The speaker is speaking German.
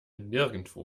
nirgendwo